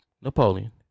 napoleon